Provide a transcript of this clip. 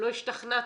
לא השתכנעתי,